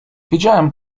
wiedziałem